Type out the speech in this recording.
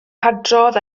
hadrodd